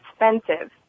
expensive